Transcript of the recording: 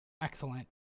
excellent